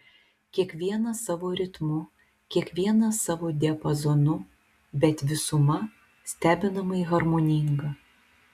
kiekvienas savu ritmu kiekvienas savo diapazonu bet visuma stebinamai harmoninga